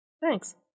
Thanks